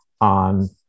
on